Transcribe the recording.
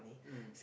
mm